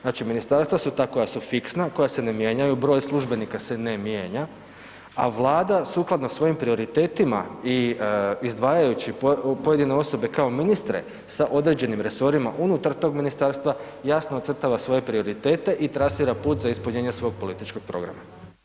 Znači ministarstva su ta koja su fiksna, koja se ne mijenjaju, broj službenika se ne mijenja, a Vlada sukladno svojim prioritetima i izdvajajući pojedine osobe kao ministre sa određenim resorima unutar tog ministarstva, jasno ocrtava svoje prioritete i trasira put za ispunjenje svog političkog programa.